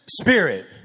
Spirit